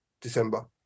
December